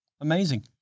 Amazing